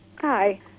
Hi